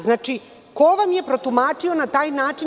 Znači, ko vam je protumačio na taj način?